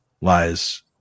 lies